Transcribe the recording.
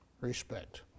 respect